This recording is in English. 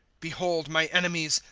behold my enemies,